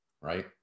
right